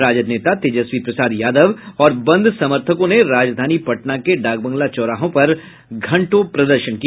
राजद नेता तेजस्वी प्रसाद यादव और बंद समर्थकों ने राजधानी पटना के डाकबंगला चौराहा पर घंटों प्रदर्शन किया